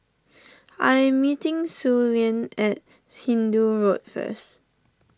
I am meeting Suellen at Hindoo Road first